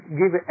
give